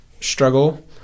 struggle